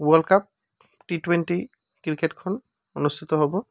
world cup T twenty ক্ৰিকেটখন অনুষ্ঠিত হ'ব